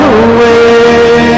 away